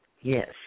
Yes